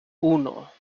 uno